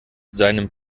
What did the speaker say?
seinen